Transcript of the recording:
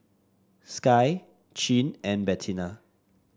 Skye Chin and Bettina